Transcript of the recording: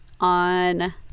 on